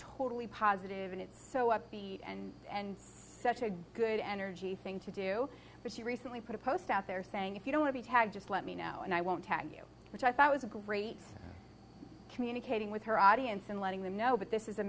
totally positive and it's so upbeat and such a good energy thing to do but she recently put a post out there saying if you don't have the tag just let me know and i won't tag you which i thought was a great communicating with her audience and letting them know that this is a